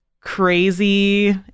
crazy